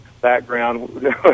background